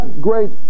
great